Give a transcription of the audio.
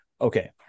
okay